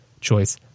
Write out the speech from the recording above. choice